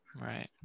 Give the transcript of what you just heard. Right